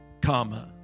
comma